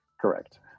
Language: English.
Correct